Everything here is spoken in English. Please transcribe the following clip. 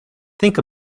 think